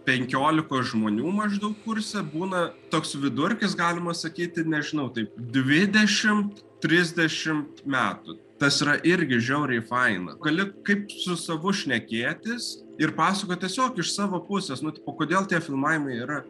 penkiolikos žmonių maždaug kurse būna toks vidurkis galima sakyti nežinau taip dvidešimt trisdešimt metų tas yra irgi žiauriai faina gali kaip su savu šnekėtis ir pasakoji tiesiog iš savo pusės nu tipo kodėl tie filmavimai yra